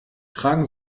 tragen